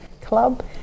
Club